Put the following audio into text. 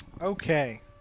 Okay